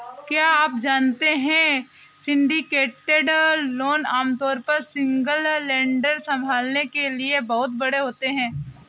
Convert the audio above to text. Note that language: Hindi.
क्या आप जानते है सिंडिकेटेड लोन आमतौर पर सिंगल लेंडर संभालने के लिए बहुत बड़े होते हैं?